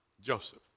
Joseph